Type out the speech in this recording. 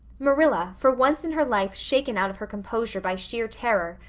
marilla, for once in her life shaken out of her composure by sheer terror,